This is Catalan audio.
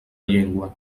llengua